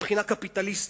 מבחינה קפיטליסטית,